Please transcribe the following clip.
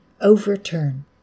overturn